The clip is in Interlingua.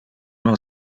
non